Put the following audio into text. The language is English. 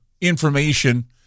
information